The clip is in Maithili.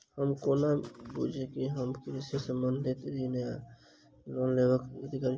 हम कोना बुझबै जे हम कृषि संबंधित ऋण वा लोन लेबाक अधिकारी छी?